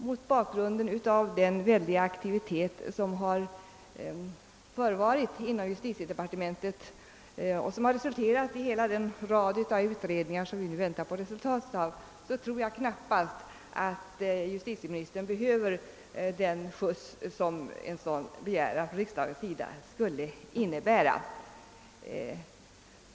Mot bakgrund av den väldiga aktivitet som har förevarit inom justitiedepartementet och som har resulterat i hela den rad av utredningar på vilkas resultat vi nu väntar tror jag knappast att justitieministern behöver den skjuts som en sådan begäran från riksdagen skulle innebära.